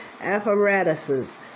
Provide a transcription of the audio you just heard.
apparatuses